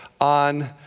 on